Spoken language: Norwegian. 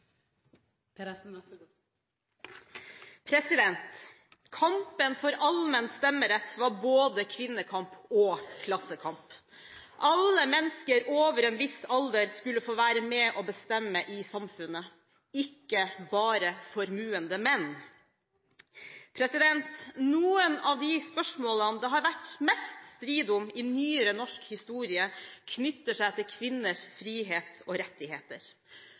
dagen! Kampen for allmenn stemmerett var både kvinnekamp og klassekamp. Alle mennesker over en viss alder skulle få være med å bestemme i samfunnet – ikke bare formuende menn. Noen av de spørsmålene det har vært mest strid om i nyere norsk historie, knytter seg til kvinners frihet og rettigheter: